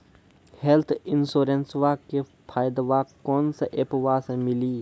Health इंश्योरेंसबा के फायदावा कौन से ऐपवा पे मिली?